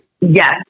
yes